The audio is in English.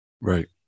Right